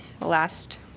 last